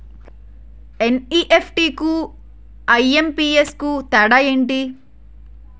NEFT కు IMPS కు తేడా ఎంటి?